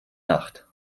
nacht